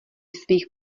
svých